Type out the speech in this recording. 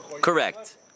Correct